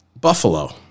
Buffalo